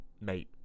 mate